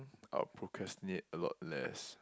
I will procrastinate a lot less